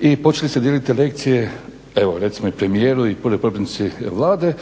i počeli ste dijeliti lekcije, evo recimo i premijeru i potpredsjednici Vlade